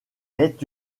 est